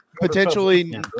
Potentially